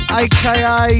aka